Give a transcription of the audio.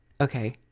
Okay